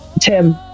Tim